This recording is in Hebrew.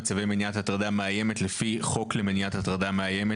וצווי מניעת הטרדה מאיימת לפי חוק למניעת הטרדה מאיימת,